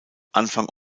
anfang